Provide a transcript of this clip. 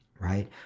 right